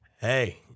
Hey